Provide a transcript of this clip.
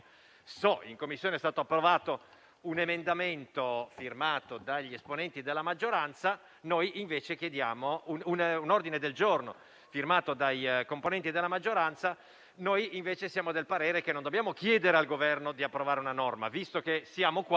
in Commissione è stato approvato un ordine del giorno in tal senso, firmato dagli esponenti della maggioranza. Noi invece siamo del parere che non dobbiamo chiedere al Governo di approvare una norma; visto che siamo qua